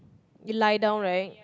you lie down right